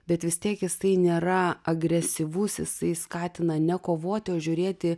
bet vis tiek jisai nėra agresyvus jisai skatina ne kovoti o žiūrėti